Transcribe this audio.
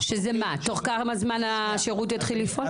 בתוך כמה זמן השירות יתחיל לפעול?